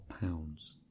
pounds